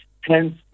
hence